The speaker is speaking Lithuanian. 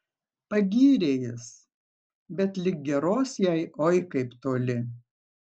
pagyrė jis bet lig geros jai oi kaip toli